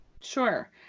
sure